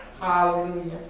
Hallelujah